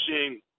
seeing